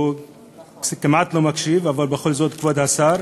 שהוא כמעט לא מקשיב, אבל בכל זאת, כבוד השר,